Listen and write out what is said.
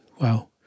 Wow